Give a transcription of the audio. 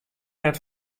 net